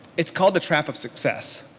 it's called the trap of success.